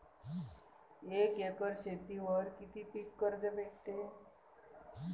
एक एकर शेतीवर किती पीक कर्ज भेटते?